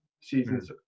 seasons